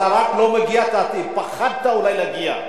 אתה רק לא מגיע, לדעתי פחדת אולי להגיע.